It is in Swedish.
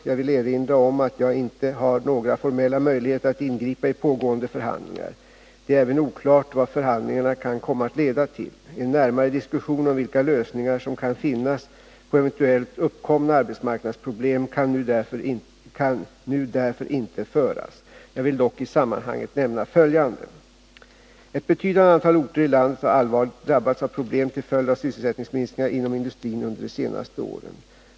Jag vill erinra om att jag inte har några formella möjligheter att ingripa i pågående förhandlingar. Det är även oklart vad förhandlingarna kan komma att leda till. En närmare diskussion om vilka lösningar som kan finnas på eventuellt uppkomna arbetsmarknadsproblem kan nu därför inte föras. Jag vill dock i sammanhanget nämna följande. Ett betydande antal orter i landet har allvarligt drabbats av problem till följd av sysselsättningsminskningar inom industrin under de senaste åren.